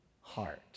heart